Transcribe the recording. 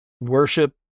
worship